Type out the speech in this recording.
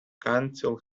council